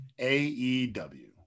AEW